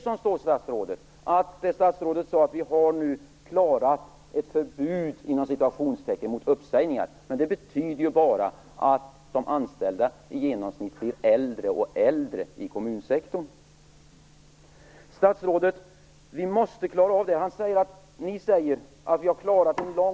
Statsrådet sade att vi nu har klarat ett "förbud" mot uppsägningar, men det betyder bara att de anställda i genomsnitt blir äldre och äldre i kommunsektorn.